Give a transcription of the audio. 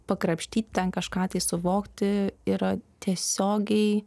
pakrapštyt ten kažką tai suvokti yra tiesiogiai